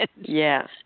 Yes